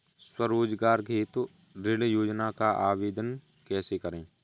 स्वरोजगार हेतु ऋण योजना का आवेदन कैसे करें?